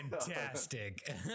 fantastic